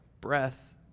breath